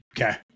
Okay